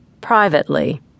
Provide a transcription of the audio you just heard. Privately